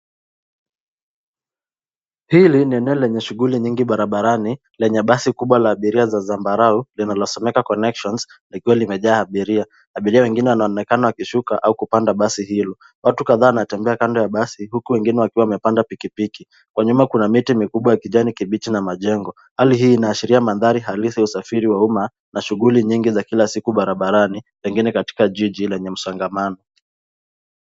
Hili eneo lenye shughuli nyingi barabarani lenye basi kubwa la abiria za zambarau linalosomeka connections likiwa limejaa abiria, abiria wengine wanaonekana wakishuka au kupanda basi hilo ,watu kadhaa wanatembea kando ya basi huko wengine wakiwa wamepanda pikipiki kwa nyuma kuna miti mikubwa ya kijani kibichi na majengo, hali hii inaashiria mandhari halisi hiyo usafiri wa umma na shughuli nyingi za kila siku barabarani pengine katika jiji lenye msongamano.